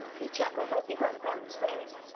he chuckled as he went down the stairs.